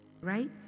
Right